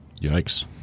Yikes